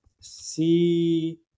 see